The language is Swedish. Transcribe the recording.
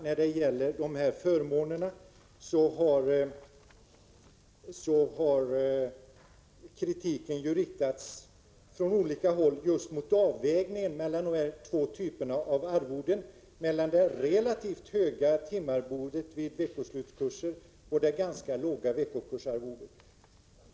När det gäller förmånerna har kritiken från olika håll riktats mot just avvägningen mellan de två typerna av arvoden, mellan det relativt höga timarvodet vid veckoslutskurser och det ganska låga veckokursarvodet.